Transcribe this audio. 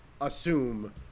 assume